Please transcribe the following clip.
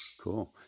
Cool